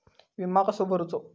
विमा कसो भरूचो?